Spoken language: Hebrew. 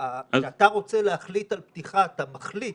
וכשאתה רוצה להחליט על פתיחה אתה מחליט